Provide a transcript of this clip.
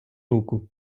руку